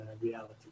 reality